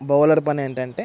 bowler పని ఏంటంటే